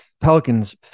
Pelicans